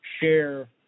share